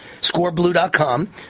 Scoreblue.com